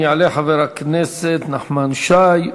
יעלה חבר הכנסת נחמן שי,